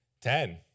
Ten